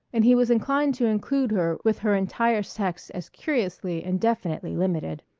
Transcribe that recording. and he was inclined to include her with her entire sex as curiously and definitely limited.